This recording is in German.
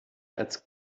als